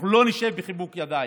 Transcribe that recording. אנחנו לא נשב בחיבוק ידיים.